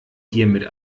hiermit